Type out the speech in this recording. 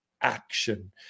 action